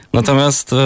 Natomiast